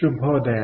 ಶುಭೋದಯ